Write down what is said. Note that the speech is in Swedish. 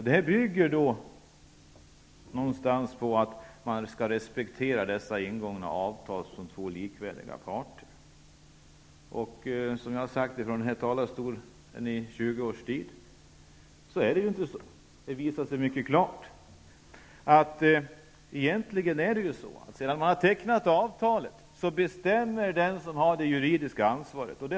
Det här bygger då på att man som två likvärdiga parter skall respektera ingångna avtal. Som jag har sagt från den här talarstolen i 20 års tid är det inte på detta sätt. Det visar sig mycket klart att sedan man har tecknat avtalet bestämmer egentligen den som har det juridiska ansvaret.